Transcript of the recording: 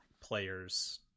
players